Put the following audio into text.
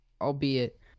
albeit